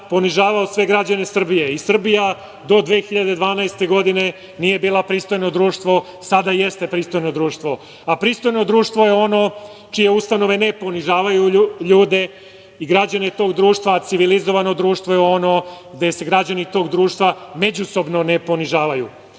ponižavao sve građane Srbije i Srbija do 2012. godine nije bila pristojno društvo. Sada jeste pristojno društvo, a pristojno društvo je ono čije ustanove ne ponižavaju ljude i građane tog društva, a civilizovano društvo je ono gde se građani tog društva međusobno ne ponižavaju.